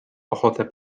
ochotę